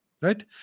Right